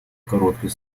короткий